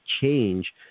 change